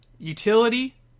Utility